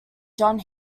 john